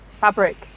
fabric